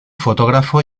fotógrafo